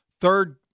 Third